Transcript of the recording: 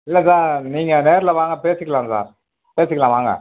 இல்லை சார் நீங்கள் நேரில் வாங்க பேசிக்கலாம் சார் பேசிக்கலாம் வாங்க